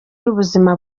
y’ubuzima